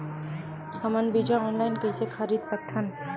हमन बीजा ऑनलाइन कइसे खरीद सकथन?